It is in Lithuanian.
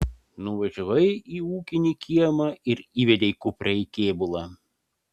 nuvažiavai į ūkinį kiemą ir įvedei kuprę į kėbulą